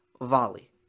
Volley